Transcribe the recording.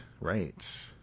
right